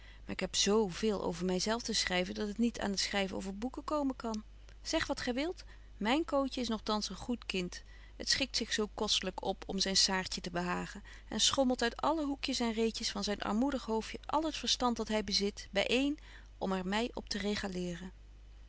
maar ik heb zo veel over my zelf te schryven dat het niet aan het schryven over boeken komen kan zeg wat gy wilt myn cootje is nogthans een goed kind het schikt zich zo kostelyk op om zyn saartje te behagen en schommelt uit alle hoekjes en reetjes van zyn armoedig hoofdje al het verstand dat hy bezit by een om er my op te